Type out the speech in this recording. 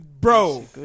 Bro